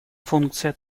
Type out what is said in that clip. функция